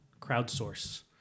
crowdsource